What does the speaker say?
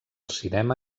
cinema